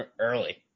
early